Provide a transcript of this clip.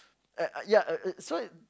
uh uh ya so